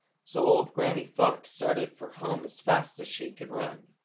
so old granny fox started for home as fast as she could run.